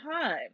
time